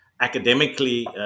academically